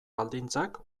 baldintzak